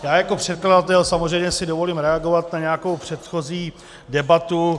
Já jako předkladatel si samozřejmě dovolím reagovat na předchozí debatu.